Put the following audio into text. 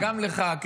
גם לך,